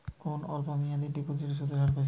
কোন অল্প মেয়াদি ডিপোজিটের সুদের হার বেশি?